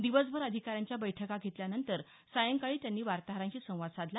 दिवसभर अधिकाऱ्यांच्या बैठका घेतल्यानंतर सायंकाळी त्यांनी वार्ताहरांशी संवाद साधला